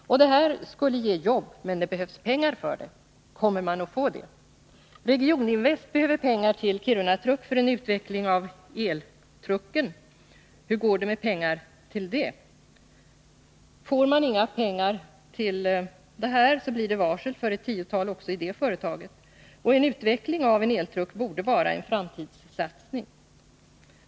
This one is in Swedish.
Detta skulle ge jobb, men det behövs pengar för ändamålet. Kommer man att få det? Regioninvest behöver pengar till Kiruna Maskin & Truckservice AB för utveckling av eltrucken. Hur går det med pengar till det? Får man inga pengar för detta ändamål blir det varsel för ett tiotal personer också i det företaget. En utveckling av en eltruck borde vara en framtidssatsning.